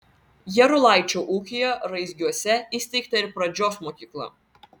jarulaičio ūkyje raizgiuose įsteigta ir pradžios mokykla